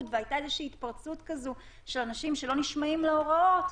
והייתה איזושהי התפרצות כזו של אנשים שלא נשמעים להוראות,